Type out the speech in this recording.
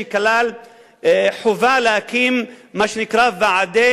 שכלל חובה להקים מה שנקרא ועדי